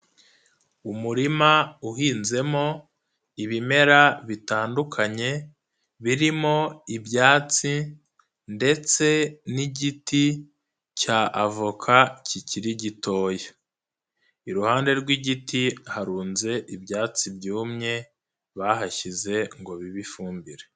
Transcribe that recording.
Umurima uhinzemo ibimera bitandukanye, birimo ibyatsi ndetse n'igiti cya avoka kikiri gitoya, iruhande rw'igiti harunze ibyatsi byumye bahashyize ngo bibe ifumbire.